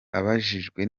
abajijwe